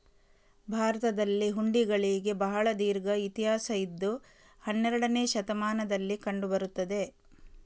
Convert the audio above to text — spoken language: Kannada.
ಭಾರತದಲ್ಲಿ ಹುಂಡಿಗಳಿಗೆ ಬಹಳ ದೀರ್ಘ ಇತಿಹಾಸ ಇದ್ದು ಹನ್ನೆರಡನೇ ಶತಮಾನದಲ್ಲಿ ಕಂಡು ಬರುತ್ತದೆ